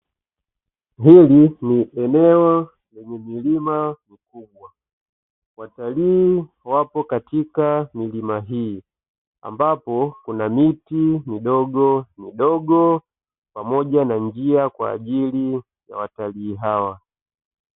Hili ni eneo lenye milima mikubwa. Watalii wapo katika milima hii, ambapo kuna miti midogomidogo pamoja na njia kwa ajili ya watalii hawa.